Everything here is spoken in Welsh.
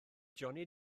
johnny